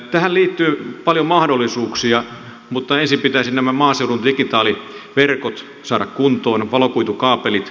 tähän liittyy paljon mahdollisuuksia mutta ensin pitäisi nämä maaseudun digitaaliverkot saada kuntoon valokuitukaapelit